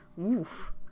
oof